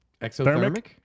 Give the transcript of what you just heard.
Exothermic